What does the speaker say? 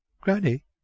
Granny